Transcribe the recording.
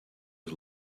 was